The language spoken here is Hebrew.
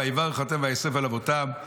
ויברך אותם וייאסף אל אבותיו.